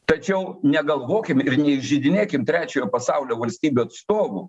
tačiau negalvokim ir neįžeidinėkim trečiojo pasaulio valstybių atstovų